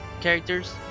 characters